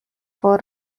for